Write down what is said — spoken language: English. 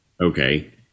Okay